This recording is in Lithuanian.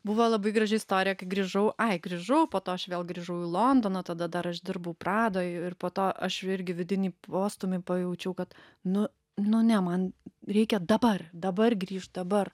buvo labai graži istorija kai grįžau ai grižau po to aš vėl grįžau į londoną tada dar aš dirbau pradoj ir po to aš irgi vidinį postūmį pajaučiau kad nu nu ne man reikia dabar dabar grįšt dabar